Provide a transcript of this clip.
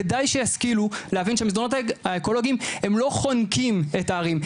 כדאי שישכילו להבין שהמסדרונות האקולוגיים הם לא חונקים את הערים,